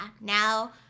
now